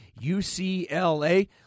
UCLA